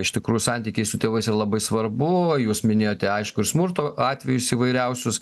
iš tikrųjų santykiai su tėvais yra labai svarbu o jūs minėjote aišku ir smurtų atvejus įvairiausius